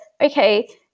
okay